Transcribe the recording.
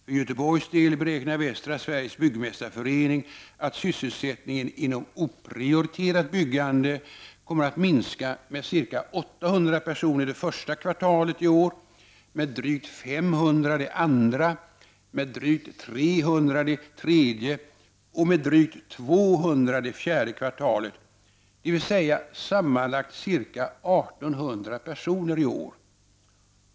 För Göteborgs del beräknar Västra Sveriges byggmästarförening att sysselsättningen inom oprioriterat byggande kommer att minska med ca 800 personer det första kvartalet i år, med drygt 500 det andra, med drygt 300 det tredje och med drygt 200 det fjärde kvartalet, dvs. med sammanlagt ca 1 800 personer i år.